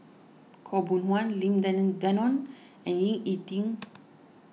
Khaw Boon Wan Lim Denan Denon and Ying E Ding